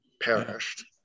perished